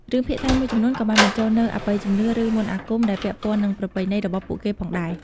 រឿងភាគថៃមួយចំនួនក៏បានបញ្ចូលនូវអបិយជំនឿ ឬមន្តអាគមដែលពាក់ព័ន្ធនឹងប្រពៃណីរបស់ពួកគេផងដែរ។